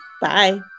Bye